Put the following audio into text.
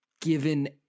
Given